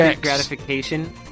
gratification